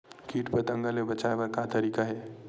कीट पंतगा ले बचाय बर का तरीका हे?